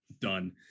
done